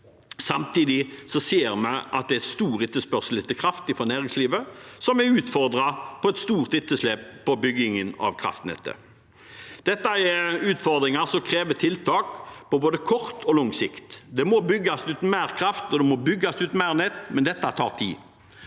Samtidig ser vi at det er stor etterspørsel etter kraft fra næringslivet, som blir utfordret av et stort etterslep i byggingen av kraftnettet. Dette er utfordringer som krever tiltak på både kort og lang sikt. Det må bygges ut mer kraft, og det må bygges ut mer nett, men dette tar tid.